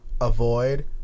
Avoid